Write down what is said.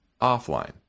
offline